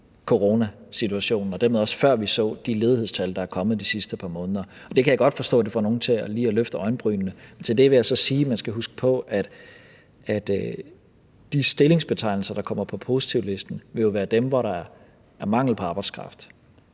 coronasituationen, og dermed også før vi så de ledighedstal, der er kommet de sidste par måneder. Det kan jeg godt forstå får nogle til lige at løfte øjenbrynene. Til det vil jeg så sige, at man skal huske på, at de stillingsbetegnelser, der kommer på positivlisten, jo vil være dem, hvor der er mangel på arbejdskraft.